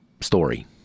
story